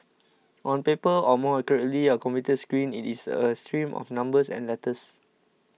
on paper or more accurately a computer screen it is a stream of numbers and letters